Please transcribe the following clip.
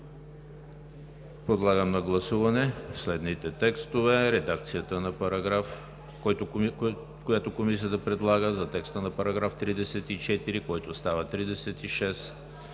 Подлагам на гласуване следните текстове: редакцията на параграф, който Комисията предлага за § 34, който става §